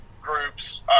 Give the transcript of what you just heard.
groups